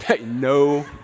No